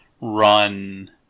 run